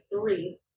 three